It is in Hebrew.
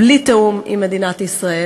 בלי תיאום עם מדינת ישראל.